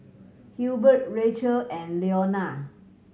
Hilbert Rachael and Leona